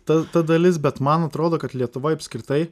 ta ta dalis bet man atrodo kad lietuvoj apskritai